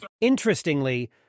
Interestingly